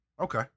Okay